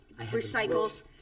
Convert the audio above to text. recycles